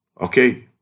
okay